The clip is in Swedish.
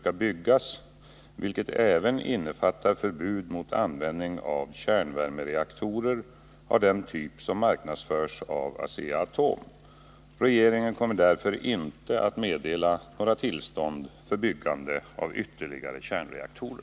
Är regeringen beredd. att ge de statliga representanterna i Asea-Atoms styrelse sådana direktiv att företagets marknadsföring av värmereaktorer i Sverige upphör?